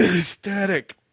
Static